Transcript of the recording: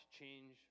change